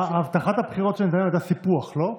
הבטחת הבחירות של נתניהו הייתה סיפוח, לא?